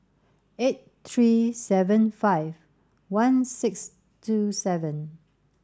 eight three seven five one six two seven